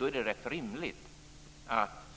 Det är därför rätt rimligt,